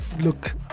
look